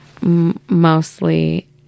mostly